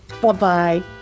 Bye-bye